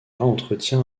entretient